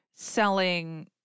selling